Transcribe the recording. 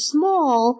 Small